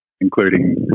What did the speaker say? including